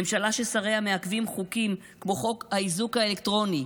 ממשלה ששריה מעכבים חוקים כמו חוק האיזוק האלקטרוני,